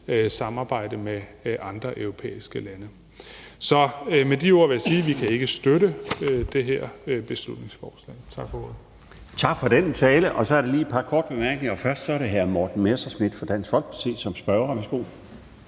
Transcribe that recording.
samarbejde med andre europæiske lande. Med de ord vil jeg sige, at vi ikke kan støtte det her beslutningsforslag. Tak for ordet.